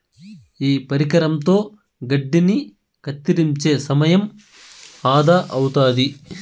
ఈ పరికరంతో గడ్డిని కత్తిరించే సమయం ఆదా అవుతాది